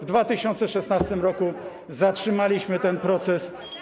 W 2016 r. zatrzymaliśmy ten proces.